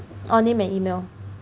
or name and email